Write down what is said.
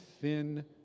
thin